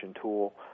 tool